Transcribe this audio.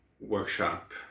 workshop